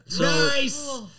Nice